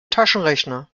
taschenrechner